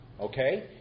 Okay